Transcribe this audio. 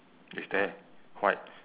is that white